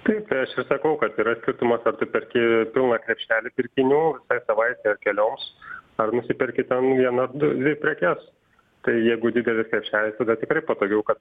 tai ką aš ir sakau kad yra skirtumas ar tu perki pilną krepšelį pirkinių visai savaitei keliaus ar nusiperki ten vieną du dvi prekes tai jeigu didelis krepšelis tada tikrai patogiau kad